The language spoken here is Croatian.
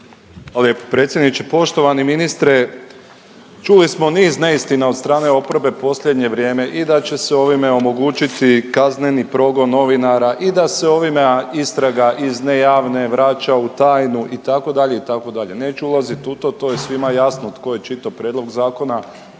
lijepo predsjedniče. Poštovani ministre, čuli smo niz neistina od strane oporbe u posljednje vrijeme, i da će se ovime omogućiti kazneni progon novinara i da se ovime istraga iz nejavne vraća u tajnu itd., itd., neću ulazit u to, to je svima jasno tko je čitao prijedlog zakona